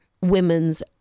women's